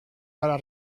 para